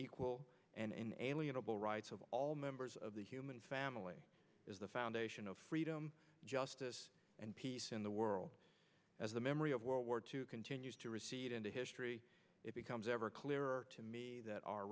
equal and alienable rights of all members of the human family is the foundation of freedom justice and peace in the world as the memory of world war two continues to recede into history it becomes ever clearer to me that our